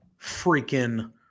freaking